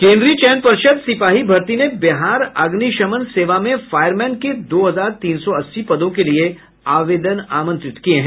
केन्द्रीय चयन पर्षद सिपाही भर्ती ने बिहार अग्निशमन सेवा में फायर मैन के दो हजार तीन सौ अस्सी पदों के लिए आवेदन आमंत्रित किया है